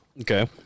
okay